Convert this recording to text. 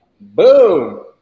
Boom